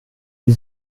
die